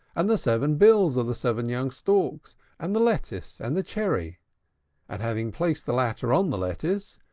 and the seven bills of the seven young storks, and the lettuce, and the cherry and having placed the latter on the lettuce,